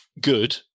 good